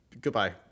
Goodbye